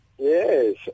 Yes